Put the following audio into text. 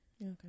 Okay